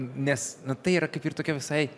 nes tai yra kaip ir tokia visai